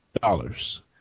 Dollars